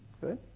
Good